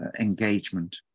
engagement